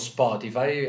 Spotify